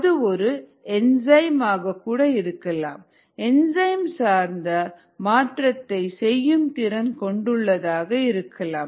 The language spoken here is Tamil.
அது ஒரு என்சைம் ஆக கூட இருக்கலாம் என்சைம் சார்ந்த மாற்றத்தை செய்யும் திறன் கொண்டுள்ளதாக இருக்கலாம்